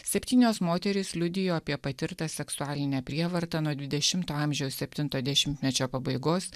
septynios moterys liudijo apie patirtą seksualinę prievartą nuo dvidešimto amžiaus septinto dešimtmečio pabaigos